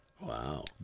Wow